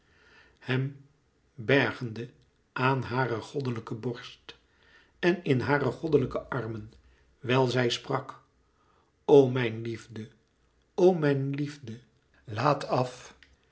hem bergende aan hare goddelijke borst en in hare goddelijke armen wijl zij sprak o mijn liefde o mijn liefde laat af